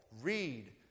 read